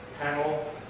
panel